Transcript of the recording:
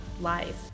lies